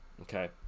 okay